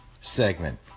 segment